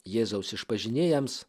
jėzaus išpažinėjams